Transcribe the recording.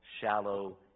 shallow